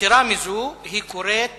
יתירה מזו, היא קוראת